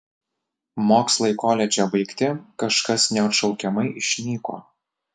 mokslai koledže baigti kažkas neatšaukiamai išnyko